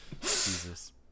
Jesus